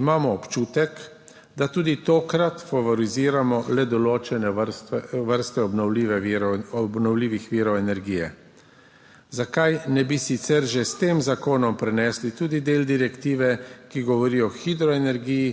Imamo občutek, da tudi tokrat favoriziramo le določene vrste obnovljivih virov energije. Zakaj ne bi sicer že s tem zakonom prenesli tudi del direktive, ki govori o hidroenergiji